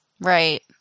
Right